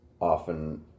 often